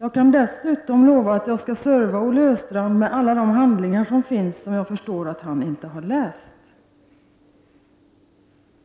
Jag kan dessutom lova att serva Olle Östrand med alla de handlingar som finns. Jag förstår att han inte har läst